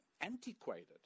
antiquated